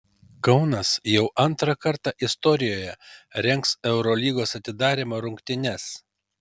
kaunas jau antrą kartą istorijoje rengs eurolygos atidarymo rungtynes